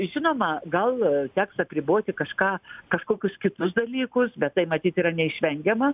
žinoma gal teks apriboti kažką kažkokius kitus dalykus bet tai matyt yra neišvengiama